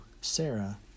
Sarah